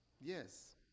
yes